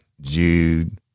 Jude